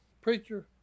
preacher